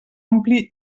ompli